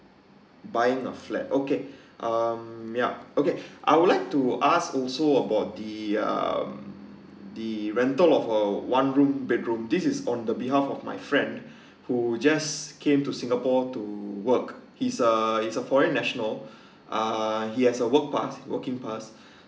buying a flat okay um yup okay I would like to ask also about the um the rental of a one room bedroom this is on the behalf of my friend who just came to singapore to work he's a he's a foreign national uh he has a work pass working pass